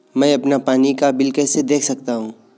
मैं अपना पानी का बिल कैसे देख सकता हूँ?